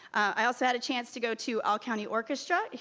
i also had a chance to go to all-county orchestra,